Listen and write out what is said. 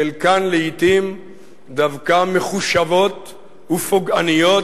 חלקן לעתים דווקא מחושבות ופוגעניות,